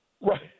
right